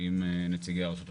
עם נציגי הרשות הפלסטינית,